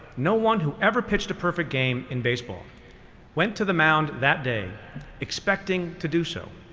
no one who ever pitched a perfect game in baseball went to the mound that day expecting to do so,